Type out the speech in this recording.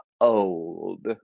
old